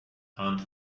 hunt